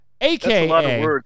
AKA